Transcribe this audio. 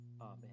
Amen